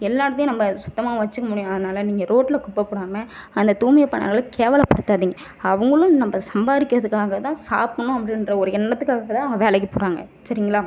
எல்லா இடத்தையும் நம்ம சுத்தமாக வைச்சிக்க முடியாததினால நீங்கள் ரோட்டில் குப்பை போடாமல் அந்த தூய்மை பணியாளரை கேவல படுத்தாதிங்க அவங்களும் நம்ம சம்பாதிக்கிறதுக்காக தான் சாப்பிடணும் அப்படின்ற ஒரு எண்ணத்துக்காக தான் அவங்க வேலைக்கு போகிறாங்க சரிங்களா